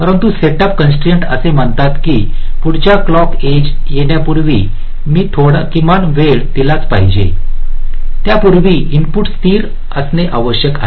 परंतु setup constraint असे म्हणतात की पुढच्या क्लॉकची एज येण्यापूर्वी मी थोडा किमान वेळ दिलाच पाहिजे त्यापूर्वी इनपुट स्थिर असणे आवश्यक आहे